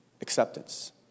acceptance